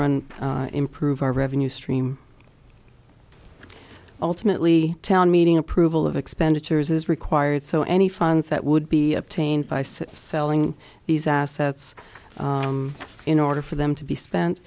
run improve our revenue stream ultimately town meeting approval of expenditures is required so any funds that would be obtained by say selling these assets in order for them to be spent